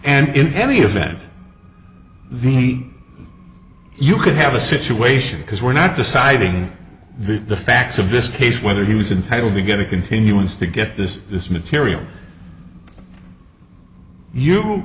and in any event the you could have a situation because we're not deciding the facts of this case whether he was entitled to get a continuance to get this this material you